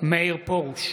מאיר פרוש,